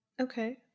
Okay